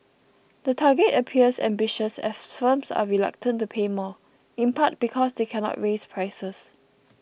the target appears ambitious as firms are reluctant to pay more in part because they cannot raise prices